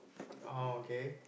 orh okay